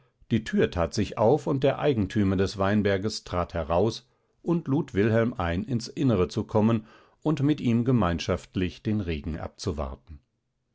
die tür tat sich auf und der eigentümer des weinberges trat heraus und lud wilhelm ein ins innere zu kommen und mit ihm gemeinschaftlich den regen abzuwarten